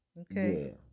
Okay